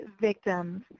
victims